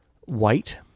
white